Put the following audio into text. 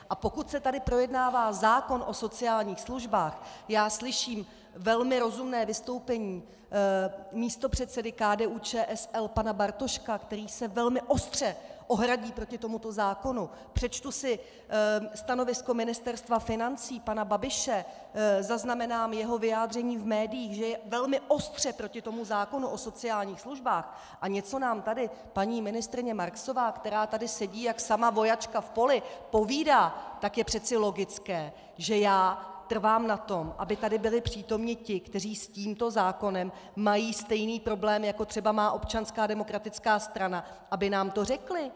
A pokud se tady projednává zákon o sociálních službách, já slyším velmi rozumné vystoupení místopředsedy KDUČSL pana Bartoška, který se velmi ostře ohradí proti tomuto zákonu, přečtu si stanovisko Ministerstva financí pana Babiše, zaznamenám jeho vyjádření v médiích, že je velmi ostře proti tomu zákonu o sociálních službách, a něco nám tady paní ministryně Marksová, která tady sedí jak sama vojačka v poli, povídá, tak je přece logické, že já trvám na tom, aby tady byli přítomni ti, kteří s tímto zákonem mají stejný problém, jako třeba má Občanská demokratická strana, aby nám to řekli.